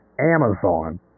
Amazon